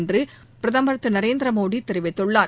என்று பிரதமர் திரு நரேந்திர மோடி தெரிவித்துள்ளார்